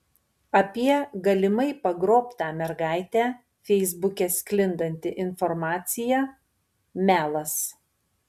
apie galimai pagrobtą mergaitę feisbuke sklindanti informacija melas